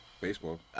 Baseball